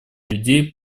людей